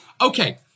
Okay